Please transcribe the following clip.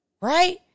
right